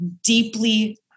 deeply